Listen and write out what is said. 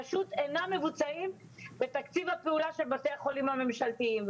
שפשוט אינם מבוצעים בתקציב הפעולה של בתי החולים הממשלתיים.